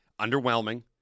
underwhelming